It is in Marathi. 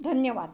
धन्यवाद